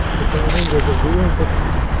the battle was a real victory.